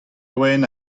loen